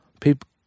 People